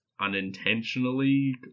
unintentionally